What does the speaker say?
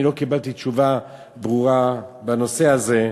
אני לא קיבלתי תשובה ברורה בנושא הזה.